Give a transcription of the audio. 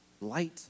light